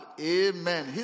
Amen